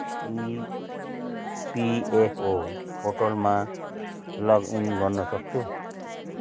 EPFO पोर्टलमा login गर्नसक्छु